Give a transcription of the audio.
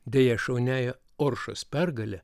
deja šauniąja oršos pergale